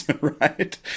right